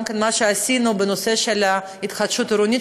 זה גם מה שעשינו בנושא של התחדשות עירונית,